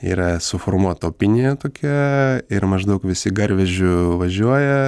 yra suformuota opinija tokia ir maždaug visi garvežiu važiuoja